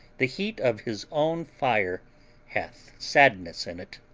the heat of his own fire hath sadness in it.